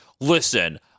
listen